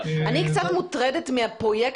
אני קצת מוטרדת מהפרויקטים.